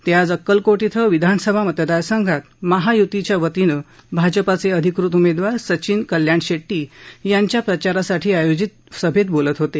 ते आज अक्कलकोट इथं विधानसभा मतदारसंघात महायुतीच्यावतीनं भाजपाचे अधिकृत उमेदवार सचिन कल्याणशेट्टी यांच्या प्रचारासाठी आयोजित जाहीर सभेत बोलत होते